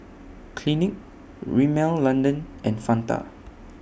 Clinique Rimmel London and Fanta